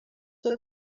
der